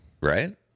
Right